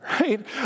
right